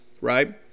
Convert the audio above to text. right